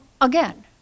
again